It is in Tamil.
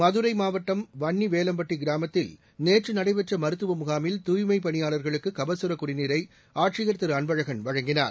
மதுரை மாவட்டம் வன்னிவேலம்பட்டி கிராமத்தில் நேற்று நடைபெற்ற மருத்துவ முகாமில் தூய்மை பணியாளர்களுக்கு கபசுர குடிநீரை ஆட்சியர் திரு அன்பழகன் வழங்கினார்